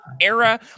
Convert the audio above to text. era